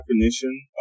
definition